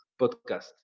podcast